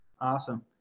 Awesome